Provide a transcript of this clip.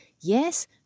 Yes